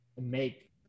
make